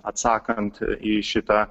atsakant į šitą